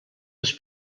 les